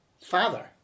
father